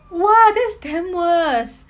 !wah! that's damn worse